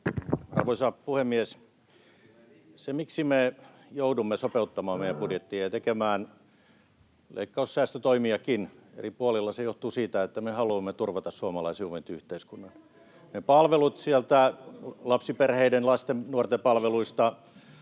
Arvoisa puhemies! Se, miksi me joudumme sopeuttamaan meidän budjettia ja tekemään leikkaussäästötoimiakin eri puolilla, johtuu siitä, että me haluamme turvata suomalaisen hyvinvointiyhteiskunnan — ne palvelut sieltä lapsiperheiden, lasten ja nuorten palveluista